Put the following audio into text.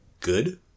Good